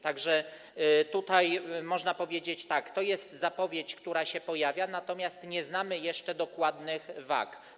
Tak że można powiedzieć tak: to jest zapowiedź, która się pojawia, natomiast nie znamy jeszcze dokładnych wag.